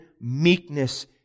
meekness